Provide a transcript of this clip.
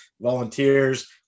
volunteers